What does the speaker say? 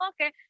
okay